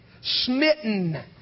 smitten